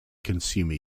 consumer